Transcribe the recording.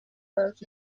verbs